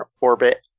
orbit